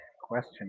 question